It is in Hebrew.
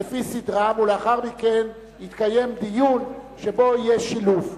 לפי סדרם, ולאחר מכן יתקיים דיון שבו יהיה שילוב.